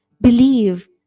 believe